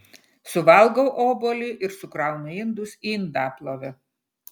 suvalgau obuolį ir sukraunu indus į indaplovę